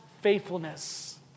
faithfulness